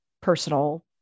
personal